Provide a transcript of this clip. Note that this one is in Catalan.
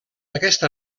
aquest